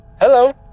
Hello